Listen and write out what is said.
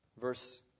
Verse